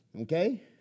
okay